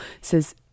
says